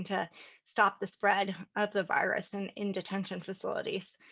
to stop the spread of the virus and in detention facilities.